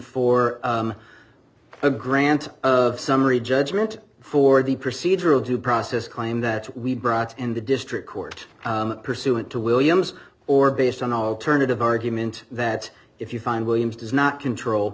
for a grant of summary judgment for the procedural due process claim that we brought in the district court pursuant to williams or based on alternative argument that if you find williams does not control